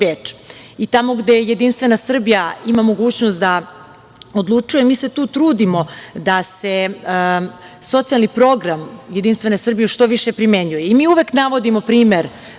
Beč. Tamo gde Jedinstvena Srbija ima mogućnost da odlučuje, mi se tu trudimo da se socijalni program Jedinstvene Srbije što više primenjuje. Mi uvek navodimo primer